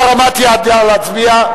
בהרמת יד, נא להצביע.